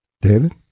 David